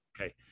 okay